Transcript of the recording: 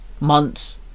months